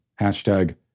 Hashtag